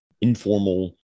informal